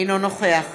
אינו נוכח